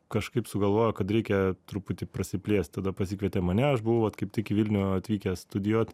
kažkaip sugalvojo kad reikia truputį prasiplėst tada pasikvietė mane aš buvau vat kaip tik į vilnių atvykęs studijuoti